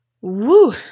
Woo